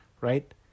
Right